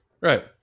Right